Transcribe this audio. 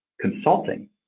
Consulting